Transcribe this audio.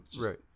right